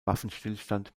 waffenstillstand